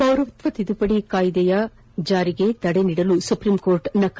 ಪೌರತ್ವ ತಿದ್ದುಪದಿ ಕಾಯ್ದೆಯ ಜಾರಿಗೆ ತಡೆ ನೀಡಲು ಸುಪ್ರೀಂಕೋರ್ಟ್ ನಕಾರ